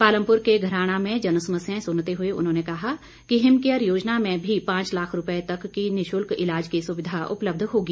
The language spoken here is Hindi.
पालमपुर के घराणा में जनसमस्याएं सुनते हुए उन्होंने कहा कि हिम केयर योजना में भी पांच लाख रूपए तक की निशुल्क इलाज की सुविधा उपलब्ध होगी